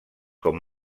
com